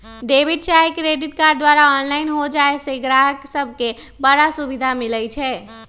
debit चाहे credit card द्वारा online हो जाय से गहकि सभके बड़ सुभिधा मिलइ छै